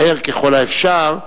מהר ככל האפשר,